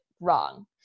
wrong